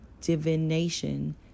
divination